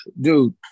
dude